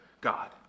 God